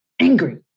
angry